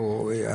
בואו,